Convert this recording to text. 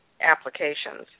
applications